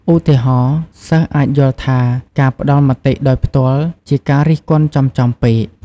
ឧទាហរណ៍ សិស្សអាចយល់ថាការផ្តល់មតិដោយផ្ទាល់ជាការរិះគន់ចំៗពេក។